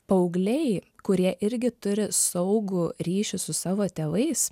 paaugliai kurie irgi turi saugų ryšį su savo tėvais